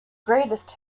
greatest